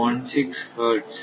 0196 hertz